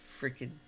freaking